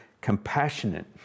compassionate